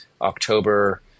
October